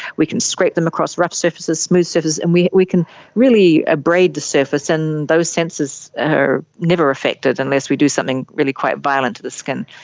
we can scrape them across rough surfaces, smooth surfaces, and we we can really abrade the surface and those sensors are never affected unless we do something really quite violent to the skin.